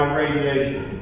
radiation